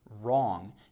wrong